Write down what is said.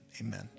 amen